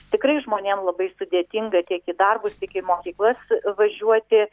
tikrai žmonėm labai sudėtinga tiek į darbus tiek į mokyklas važiuoti